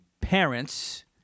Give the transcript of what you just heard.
parents